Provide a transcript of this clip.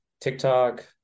TikTok